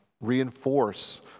reinforce